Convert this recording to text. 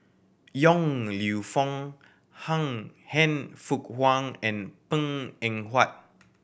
Yong Lew Foong Han Fook Kwang and Png Eng Huat